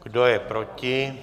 Kdo je proti?